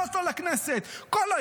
נאור שירי (יש עתיד): אני רוצה לומר דבר אחרון,